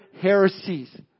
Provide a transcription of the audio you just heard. heresies